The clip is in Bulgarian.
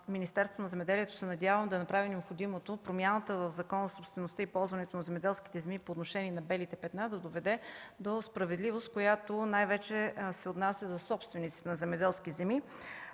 Министерството на земеделието и храните да направи необходимото – промяната в Закона за собствеността и ползването на земеделските земи по отношение на „белите петна” да доведе до справедливост, която най-вече се отнася за собствениците на земеделски земи.